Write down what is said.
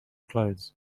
clothes